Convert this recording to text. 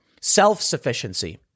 Self-sufficiency